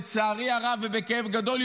לצערי הרב ובכאב גדול,